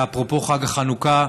ואפרופו חג החנוכה,